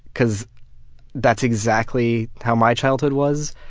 cause that's exactly how my childhood was.